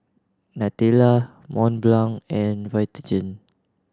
Nutella Mont Blanc and Vitagen